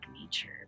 nature